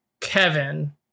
Kevin